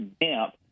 damp